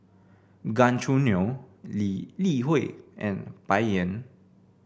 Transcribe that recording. Gan Choo Neo Lee Li Hui and Bai Yan